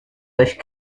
bush